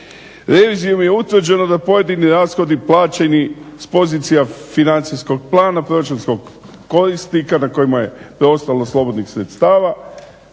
"revizijom je utvrđeno da pojedini rashodi plaćeni s pozicija financijskog plana proračunskog korisnika na kojima je preostalo slobodnih sredstava,